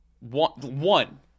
One